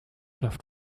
läuft